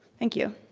thank you.